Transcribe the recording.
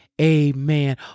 Amen